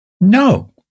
No